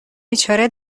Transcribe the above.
بیچاره